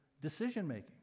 decision-making